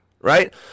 right